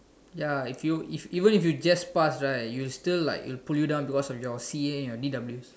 ya if you if even if you just pass right you'll still like it'll pull you down because of your C a and your D W S